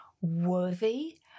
worthy